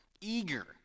eager